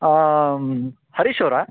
ಹರೀಶ್ ಅವರಾ